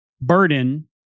burden